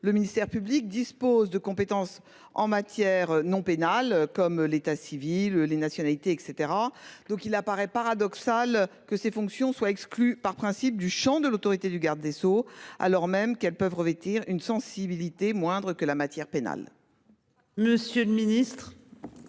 le ministère public, dispose de compétences en matière non pénale comme l'état civil les nationalités et cetera donc il apparaît paradoxal que ses fonctions soient exclues par principe du Champ de l'autorité du garde des Sceaux, alors même qu'elles peuvent revêtir une sensibilité moindres que la matière pénale. Monsieur le Ministre.